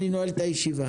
אני נועל את הישיבה.